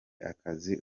akazi